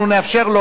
אנחנו נאפשר לו,